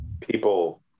people